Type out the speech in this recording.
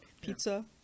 Pizza